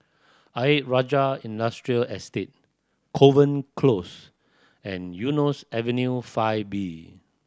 Ayer Rajah Industrial Estate Kovan Close and Eunos Avenue Five B